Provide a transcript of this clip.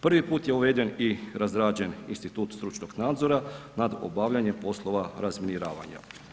Prvi put je uveden i razrađen institut stručnog nadzora nad obavljanjem poslova razminiravanja.